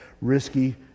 risky